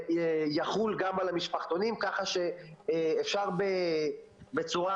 יחול גם על המשפחתונים כך שאפשר בצורה